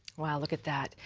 wow, look at that.